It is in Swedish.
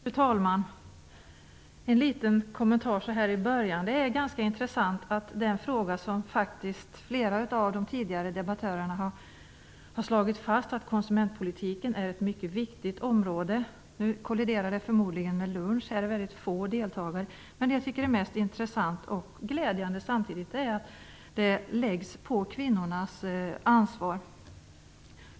Fru talman! Jag vill göra en liten kommentar så här i början. Flera av de tidigare debattörerna har slagit fast att konsumentpolitiken är ett mycket viktigt område. Nu kolliderar denna debatt förmodligen med lunch, för det är väldigt få deltagare här. Men det jag tycker är mest intressant och samtidigt glädjande är att denna viktiga fråga får bli kvinnornas ansvar.